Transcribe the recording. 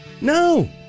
No